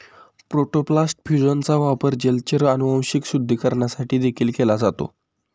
protoplast फ्यूजनचा वापर जलचर अनुवांशिक शुद्धीकरणासाठी देखील केला जातो